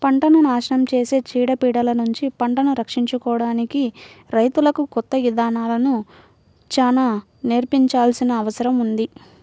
పంటను నాశనం చేసే చీడ పీడలనుంచి పంటను రక్షించుకోడానికి రైతులకు కొత్త ఇదానాలను చానా నేర్పించాల్సిన అవసరం ఉంది